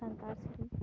ᱥᱟᱱᱛᱟᱲ ᱥᱮᱨᱮᱧ